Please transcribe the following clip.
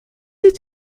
est